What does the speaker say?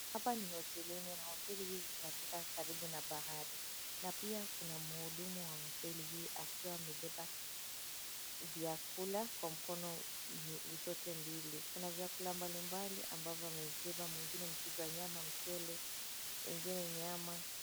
Hapa ni hotelini na hoteli hii iko katika karibu na bahari na pia kuna mhudumu wa hoteli hii akiwa amebeba vyakula kwa mikono zote mbili. Kuna vyakula mbalimbali ambavyo amebeba mwingine mchuzi wa nyama, mchele, mwingine nyama.